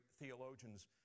theologians